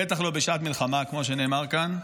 בטח לא בשעת מלחמה, כמו שנאמר כאן,